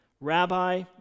Rabbi